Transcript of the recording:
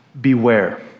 beware